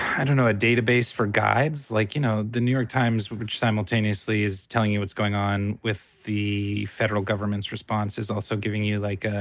i don't know, a database for guides. like, you know, the new york times, which simultaneously is telling you what's going on with the federal government response, is also giving you like a,